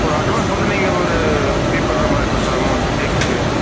ஒரு அட்வான்ஸ் மட்டும் நீங்கள் ஒரு பே பண்ணுறமாரி இருக்கும் சார் அமௌண்ட்டு கேக்குக்கு